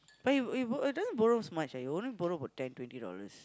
but you you it doesn't borrow so much ah you only borrow for ten twenty dollars